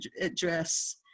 address